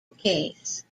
case